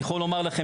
אני יכול לומר לכם